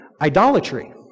idolatry